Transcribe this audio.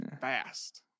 fast